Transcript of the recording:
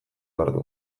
beharko